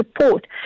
support